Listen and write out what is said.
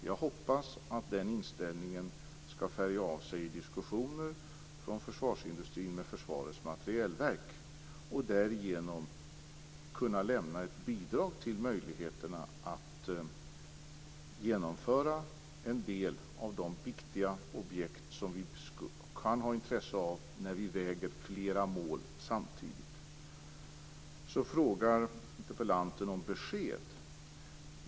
Jag hoppas att den inställningen skall färga av sig i diskussioner med försvarsindustrin och Försvarets materielverk. Därigenom kan man lämna ett bidrag när det gäller möjligheterna att genomföra en del av de viktiga objekt som vi kan ha intresse av när vi väger flera mål samtidigt. Så frågar interpellanten om besked.